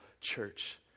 church